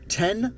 ten